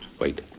Wait